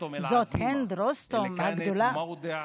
זאת הינד רוסתום הגדולה,